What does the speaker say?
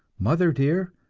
mother dear,